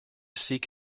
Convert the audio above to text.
seek